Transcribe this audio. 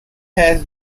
has